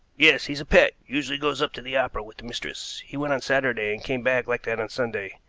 yes. he's a pet usually goes up to the opera with the mistress. he went on saturday, and came back like that on sunday.